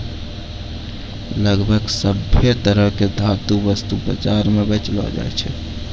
लगभग सभ्भे तरह के धातु वस्तु बाजार म बेचलो जाय छै